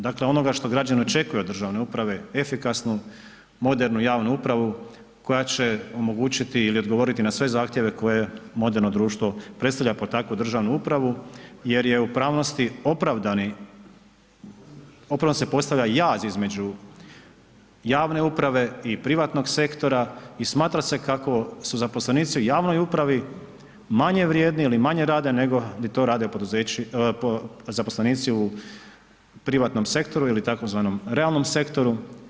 Dakle, onoga što građani očekuju od državne uprave, efikasnu, modernu javnu upravu koja će omogućiti ili odgovoriti na sve zahtjeve koje moderno društvo predstavlja pod takvu državnu upravu jer je u pravnosti opravdani, opravdano se postavlja jaz između javne uprave i privatnog sektora i smatra se kako su zaposlenici u javnoj upravi manje vrijedni ili manje rade nego bi to radili zaposlenici u privatnom sektoru ili tzv. realnom sektoru.